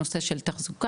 הנושא של תחזוקה,